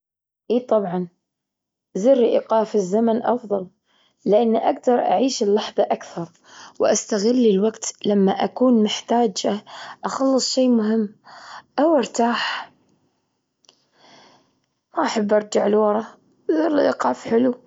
إي طبعًا، زر إيقاف الزمن أفضل، لأن أجدر أعيش اللحظة أكثر وأستغل الوقت لما أكون محتاجة أخلص شيء مهم أو ارتاح. ما أحب أرجع لورا زر الإيقاف حلو.